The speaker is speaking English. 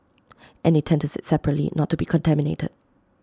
and they tend to sit separately not to be contaminated